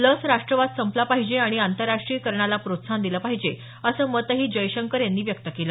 लस राष्ट्रवाद संपला पाहिजे आणि आंतरराष्ट्रीयीकरणाला प्रोत्साहन दिलं पाहिजे असं मतही जयशंकर यांनी व्यक्त केलं